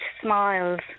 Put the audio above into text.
smiles